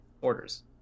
orders